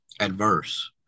adverse